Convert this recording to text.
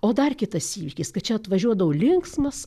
o dar kitas įvykis kad čia atvažiuodavo linksmas